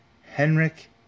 Henrik